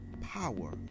power